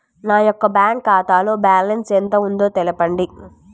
నా యొక్క బ్యాంక్ ఖాతాలో బ్యాలెన్స్ ఎంత ఉందో తెలపండి?